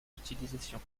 d’utilisation